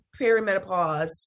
perimenopause